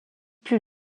plus